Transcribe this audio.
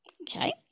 Okay